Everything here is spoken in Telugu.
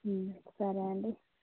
సరే అండి